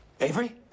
Avery